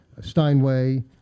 Steinway